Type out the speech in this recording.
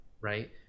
right